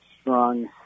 strong